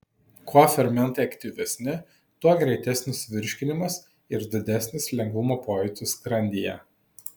kuo fermentai aktyvesni tuo greitesnis virškinimas ir didesnis lengvumo pojūtis skrandyje